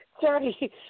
Sorry